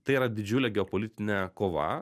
tai yra didžiulė geopolitinė kova